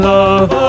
love